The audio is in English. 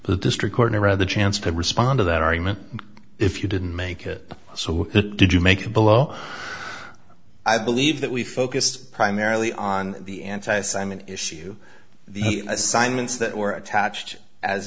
but district corner of the chance to respond to that argument if you didn't make it so what did you make below i believe that we focused primarily on the antis i mean issue the assignments that were attached as